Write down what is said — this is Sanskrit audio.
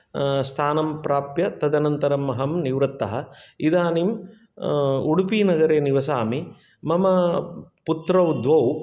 स्थानं प्राप्य तदनन्तरमहं निवृत्तः इदानीं उडुपिनगरे निवसामि मम पुत्रौ द्वौ